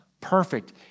perfect